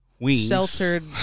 sheltered